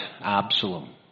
Absalom